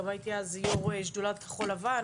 הייתי יו"ר שדולת כחול לבן